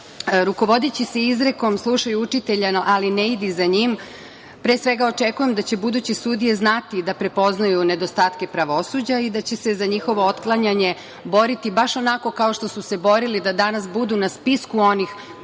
prevaziđu. Rukovodeći se izrekom – slušaj učitelja, ali ne idi za njim, pre svega očekujem da će buduće sudije znati da prepoznaju nedostatke pravosuđa i da će se za njihovo otklanjanje boriti baš onako kao što su se borili da danas budu na spisku onih